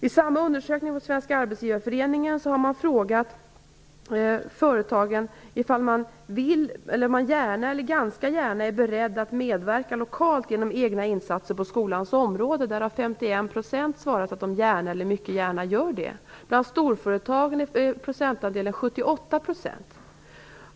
I samma undersökning från Svenska arbetsgivareföreningen har man frågat företag om de vill eller gärna eller ganska gärna är beredda att medverka lokalt genom egna insatser på skolans område. 51 % har svarat att de gärna eller mycket gärna gör det. Bland storföretagen är siffran 78 %.